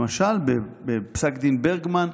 למשל בפסק דין ברגמן,